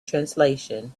translation